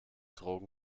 drogen